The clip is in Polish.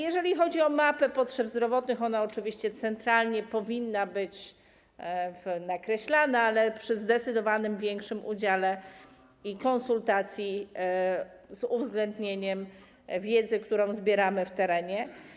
Jeżeli chodzi o mapę potrzeb zdrowotnych, ona oczywiście centralnie powinna być nakreślana, ale przy zdecydowanie większych konsultacjach i z uwzględnieniem wiedzy, którą zbieramy w terenie.